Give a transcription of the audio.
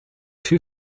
two